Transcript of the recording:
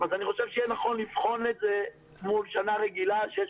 אני חושב שיהיה נכון לבחון את זה מול שנה רגילה שיש